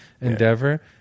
endeavor